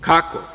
Kako?